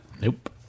Nope